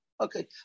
Okay